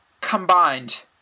combined